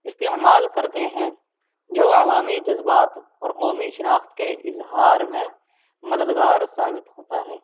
استعمال کرتے ہیں جو عوامی جذبات اور قومی شناخت کے اظہار میں مددگار ثابت ہوتا ہے